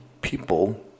people